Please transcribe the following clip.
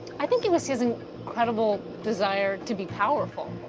i think it was his and incredible desire to be powerful.